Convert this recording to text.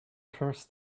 first